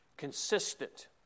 Consistent